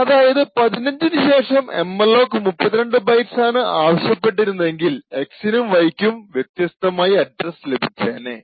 അതായത് 15 നു ശേഷം എംഅലോക് 32 ബൈറ്റ്സ് ആണ് ആവശ്യപെട്ടിരുന്നതെങ്കിൽ X നും Y ക്കും വ്യത്യസ്താമായ അഡ്രസ്സ് ലഭിച്ചേനെ